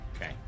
Okay